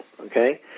Okay